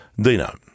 Dino